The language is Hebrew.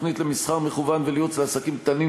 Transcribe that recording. תוכנית למסחר מקוון ולייעוץ לעסקים קטנים,